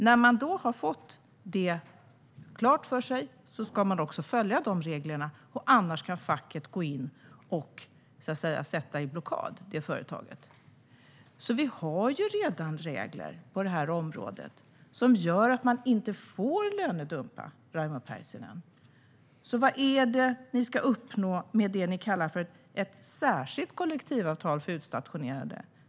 När företaget har fått det klart för sig ska det också följa dessa regler. Annars kan facket gå in och sätta företaget i blockad. Vi har alltså redan regler på detta område som gör att man inte får lönedumpa, Raimo Pärssinen. Så vad är det ni ska uppnå med det ni kallar ett särskilt kollektivavtal för utstationerade?